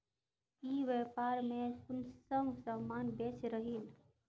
ई व्यापार में कुंसम सामान बेच रहली?